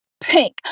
pink